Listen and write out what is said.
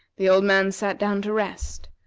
the old man sat down to rest,